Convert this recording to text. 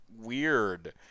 weird